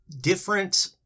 different